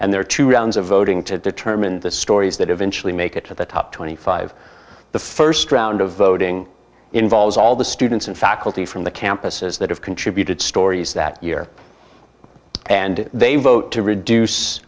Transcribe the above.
and there are two rounds of voting to determine the stories that eventually make it to the top twenty five dollars the st round of voting involves all the students and faculty from the campuses that have contributed stories that year and they vote to reduce